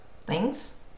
thanks